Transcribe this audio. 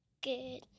good